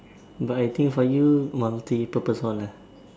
but I think for you multi purpose hall ah